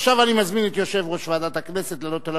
עכשיו אני מזמין את יושב-ראש ועדת הכנסת לעלות על